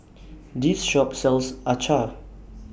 This Shop sells Acar